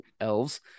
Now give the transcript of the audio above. elves